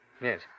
Yes